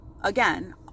Again